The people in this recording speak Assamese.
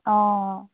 অঁ